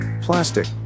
Plastic